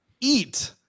eat